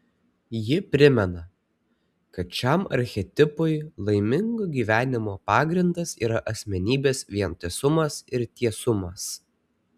ji primena kad šiam archetipui laimingo gyvenimo pagrindas yra asmenybės vientisumas ir tiesumas